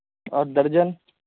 اور درجن